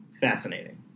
fascinating